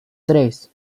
tres